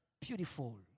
beautiful